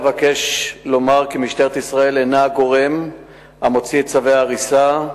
אבקש לומר כי משטרת ישראל אינה הגורם המוציא את צווי ההריסה,